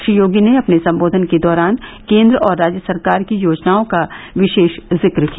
श्री योगी ने अपने संबोघन के दौरान केंद्र और राज्य सरकार की योजनाओं का विशेष जिक किया